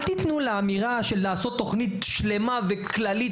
אל תתנו לצורך בלעשות תוכנית שלמה וגדולה,